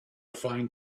find